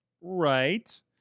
Right